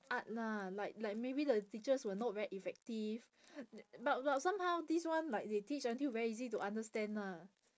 art lah like like maybe the teachers were not very effective but but somehow this one like they teach until very easy to understand lah